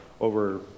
over